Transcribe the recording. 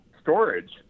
storage